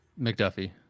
McDuffie